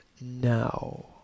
now